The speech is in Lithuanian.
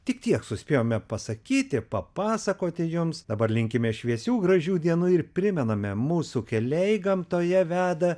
tik tiek suspėjome pasakyti papasakoti jums dabar linkime šviesių gražių dienų ir primename mūsų keliai gamtoje veda